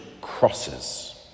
crosses